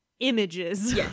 images